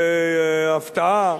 בהפתעה,